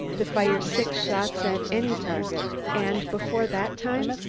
to fire six shots at any target, and before that time,